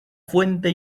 fuente